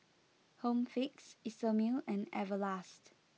Home Fix Isomil and Everlast